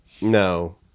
No